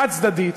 חד-צדדית,